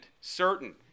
certain